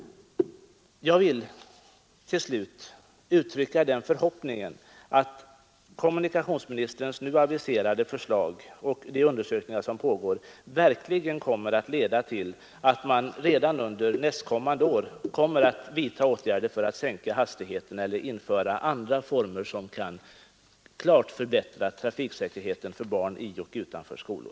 Till slut vill jag uttrycka den förhoppningen att kommunikationsministerns nu aviserade förslag och de undersökningar som pågår verkligen kommer att leda till att man redan under nästa år kommer att vidta åtgärder för att sänka hastigheten eller göra andra ingripanden som klart kan förbättra trafiksäkerheten för barn i och utanför våra skolor.